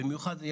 במיוחד,